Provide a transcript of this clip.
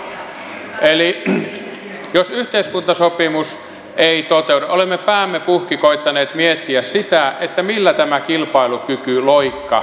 eli jos yhteiskuntasopimus ei toteudu olemme päämme puhki koettaneet miettiä sitä millä tämä kilpailukykyloikka sitten otetaan